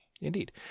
Indeed